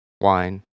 wine